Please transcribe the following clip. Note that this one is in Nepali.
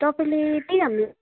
तपाईँले त्यही हामीलाई